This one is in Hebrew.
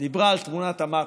דיברה על תמונת המקרו.